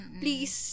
please